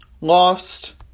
lost